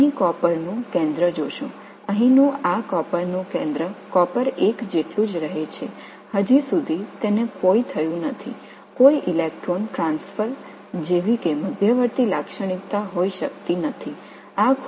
நீங்கள் இங்கே காப்பர் மையத்தைக் காண்கிறீர்கள் இங்கே இந்த காப்பர் மையம் காப்பர் ஆக உள்ளது இதுவரை எதுவும் நடக்கவில்லை எந்தவொரு எலக்ட்ரான் பரிமாற்றமும் அத்தகைய இடைநிலையை வகைப்படுத்த முடியாது